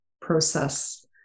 process